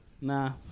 Nah